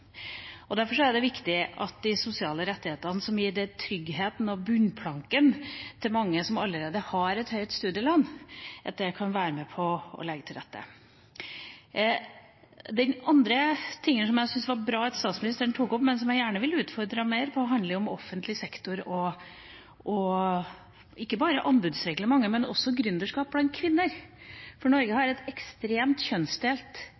Derfor er det viktig at de sosiale rettighetene som gir tryggheten og bunnplanken for mange som allerede har et høyt studielån, kan være med på å legge til rette. Den andre tingen som jeg syns var bra at statsministeren tok opp, men som jeg gjerne vil utfordre henne mer på, handler om offentlig sektor – og ikke bare anbudsreglementet, men også gründerskap blant kvinner. Norge har et ekstremt kjønnsdelt